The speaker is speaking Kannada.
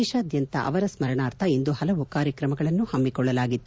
ದೇಶಾದ್ಯಂತ ಅವರ ಸ್ನರಣಾರ್ಥ ಇಂದು ಹಲವು ಕಾರ್ಯಕ್ರಮಗಳನ್ನು ಹಮ್ನಿಕೊಳ್ಳಲಾಗಿತ್ತು